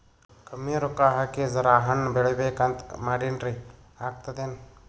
ಕಮ್ಮಿ ರೊಕ್ಕ ಹಾಕಿ ಜರಾ ಹಣ್ ಬೆಳಿಬೇಕಂತ ಮಾಡಿನ್ರಿ, ಆಗ್ತದೇನ?